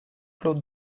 club